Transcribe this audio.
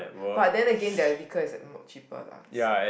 but then again the vehicle is more cheaper lah so